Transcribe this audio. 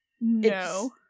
no